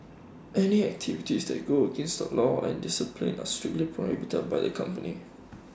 any activities that go against the law and discipline are strictly prohibited by the company